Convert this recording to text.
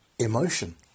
Emotion